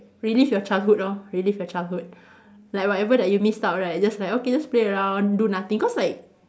relive your childhood lor relive your childhood like whatever that you missed out right just like okay just play around do nothing cause like